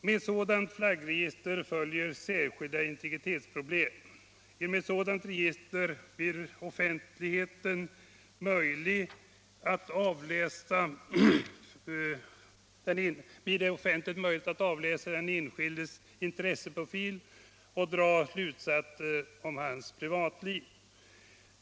Med ett sådant flaggregister följer särskilda integritetsproblem. Genom att ett sådant register blir offentligt blir det möjligt att avläsa den enskildes ”intresseprofil” och dra slutsatser om hans privatliv.